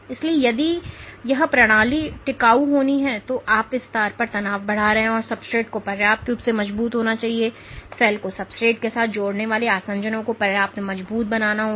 इसलिए यदि यह प्रणाली टिकाऊ होनी है और यदि आप इस तार में तनाव बढ़ा रहे हैं तो सब्सट्रेट को पर्याप्त रूप से मजबूत होना चाहिए या सेल को सब्सट्रेट के साथ जोड़ने वाले आसंजनों को पर्याप्त मजबूत बनाना होगा